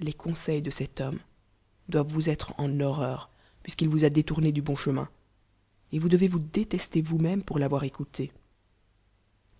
les conseils de cet homme doivent vous être en horreur puisqu'il vous a détourné du bon chemin et vous devez vous détestev vous même pour t'avoir écrou té